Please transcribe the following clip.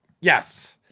yes